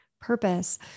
purpose